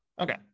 Okay